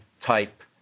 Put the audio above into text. type